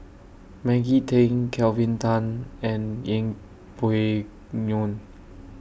Maggie Teng Kelvin Tan and Yeng Pway Ngon